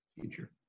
Future